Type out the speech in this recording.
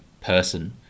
person